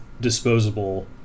disposable